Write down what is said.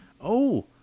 Oh